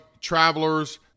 Travelers